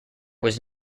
was